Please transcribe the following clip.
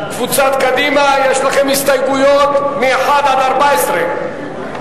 הרשות לקידום מעמד האשה,